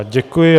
Děkuji.